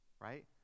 right